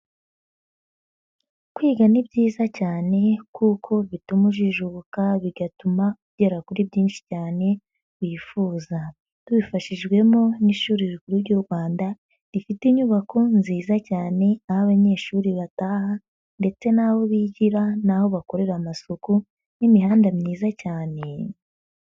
Kwiga ni byiza cyane kuko bituma ujijuka, bigatuma ugera kuri byinshi cyane wifuza, tubifashijwemo n'ishuri rikuru ry'u Rwanda rifite inyubako nziza cyane aho abanyeshuri bataha ndetse n'aho bigira n'aho bakorera amasuku n'imihanda myiza cyane.